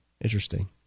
Interesting